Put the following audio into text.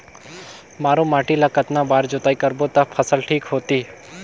मारू माटी ला कतना बार जुताई करबो ता फसल ठीक होती?